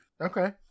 Okay